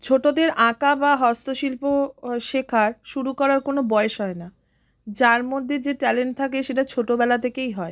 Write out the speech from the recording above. ছোটোদের আঁকা বা হস্তশিল্প শেখার শুরু করার কোনো বয়স হয় না যার মধ্যে যে ট্যালেন্ট থাকে সেটা ছোটোবেলা থেকেই হয়